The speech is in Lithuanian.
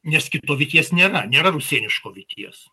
nes kito vyties nėra nėra rusėniško vyties